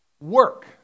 work